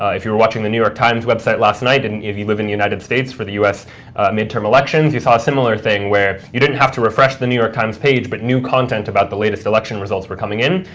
ah if you were watching the new york times website last night and you lived in the united states, for the us midterm elections you saw a similar thing, where you didn't have to refresh the new york times page, but new content about the latest election results were coming in.